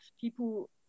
people